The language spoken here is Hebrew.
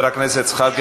התשע"ו